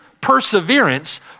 perseverance